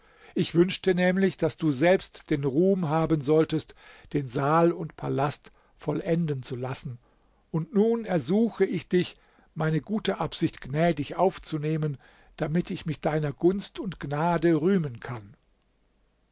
ich wünschte nämlich daß du selbst den ruhm haben solltest den saal und palast vollenden zu lassen und nun ersuche ich dich meine gute absicht gnädig aufzunehmen damit ich mich deiner gunst und gnade rühmen kann